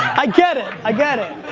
i get it, i get it.